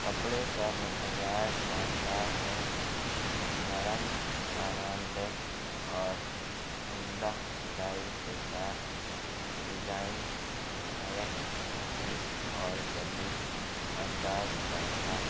کپڑے کا معیار شاندار ہے نرم آرام دہ اور عمدہ سلائی کے ساتھ ڈیزائن نہایت نفیس اور جدید انداز کا تھا